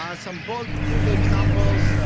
ah some bold, good examples,